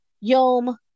Yom